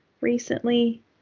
recently